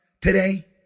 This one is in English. today